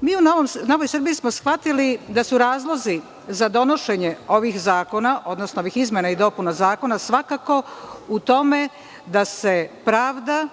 Mi u Novoj Srbiji smo shvatili da su razlozi za donošenje ovih zakona, odnosno ovih izmena i dopuna zakona, svakako u tome da se pravda